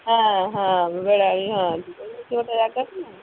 ହଁ ହଁ ବେଳାବେଳି ହଁ ଯିବ ଯିବ ଗୋଟିଏ ଜାଗାକୁ ନା